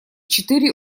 четыре